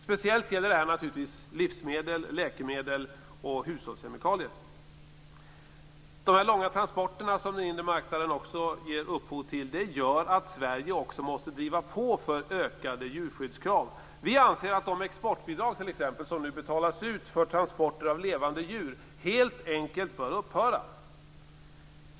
Speciellt gäller det livsmedel, läkemedel och hushållskemikalier. De långa transporter som den inre marknaden ger upphov till gör att Sverige måste driva på för högre djurskyddskrav. Vi anser t.ex. att de exportbidrag som nu betalas ut för transporter av levande djur helt enkelt bör upphöra.